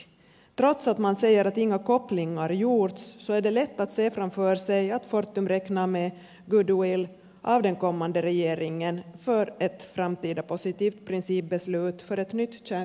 trots att man säger att inga kopplingar gjorts är det lätt att se framför sig att fortum räknar med goodwill av den kommande regeringen för ett framtida positivt principbeslut för ett nytt kärnkraftverk i lovisa